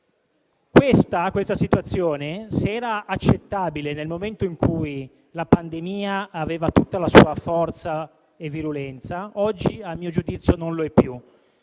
Questa situazione, se era accettabile nel momento in cui la pandemia aveva tutta la sua forza e virulenza, oggi - a mio giudizio - non lo è più.